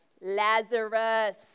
Lazarus